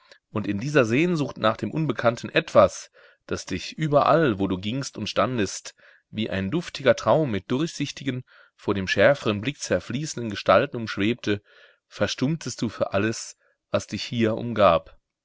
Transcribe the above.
und in dieser sehnsucht nach dem unbekannten etwas das dich überall wo du gingst und standest wie ein duftiger traum mit durchsichtigen vor dem schärferen blick zerfließenden gestalten umschwebte verstummtest du für alles was dich hier umgab